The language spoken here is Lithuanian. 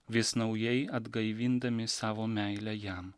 vis naujai atgaivindami savo meilę jam